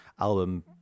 album